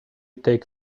take